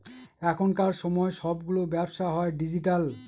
এখনকার সময় সবগুলো ব্যবসা হয় ডিজিটাল